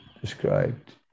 described